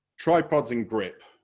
tripods and grip,